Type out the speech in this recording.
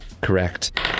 Correct